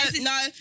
no